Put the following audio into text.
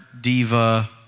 diva